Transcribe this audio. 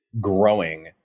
growing